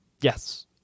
yes